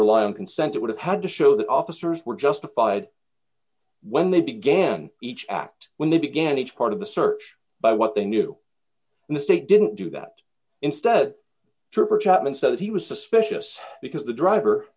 rely on consent it would have had to show that officers were justified when they began each act when they began each part of the search by what they knew and the state didn't do that instead trooper chapman says he was suspicious because the driver